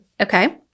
Okay